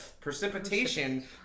Precipitation